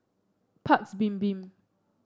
Paik's Bibim